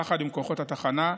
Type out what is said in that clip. יחד עם כוחות התחנה.